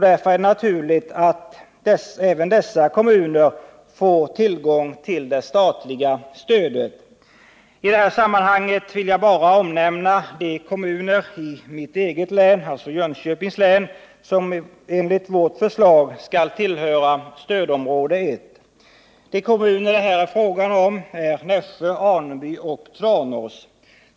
Därför är det naturligt att även dessa kommuner får tillgång till det statliga stödet. I det här sammanhanget vill jag bara omnämna de kommuner i mitt eget län, Jönköpings län, som enligt vårt förslag skall tillhöra stödområde 1. De kommuner det är fråga om är Nässjö, Aneby och Tranås.